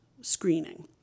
screening